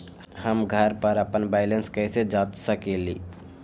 हम घर पर अपन बैलेंस कैसे जाँच कर सकेली?